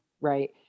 right